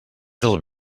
del